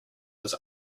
his